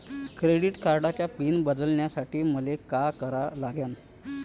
Credit कार्डाचा pin बदलासाठी मले का करा लागन?